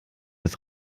des